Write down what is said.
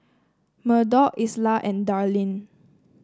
Murdock Isla and Darlyne